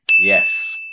yes